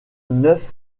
neuf